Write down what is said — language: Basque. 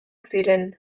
ziren